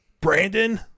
Brandon